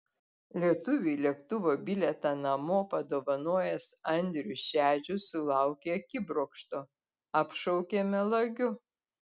lietuviui lėktuvo bilietą namo padovanojęs andrius šedžius sulaukė akibrokšto apšaukė melagiu